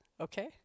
Okay